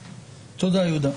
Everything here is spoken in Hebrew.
תודה, יהודה.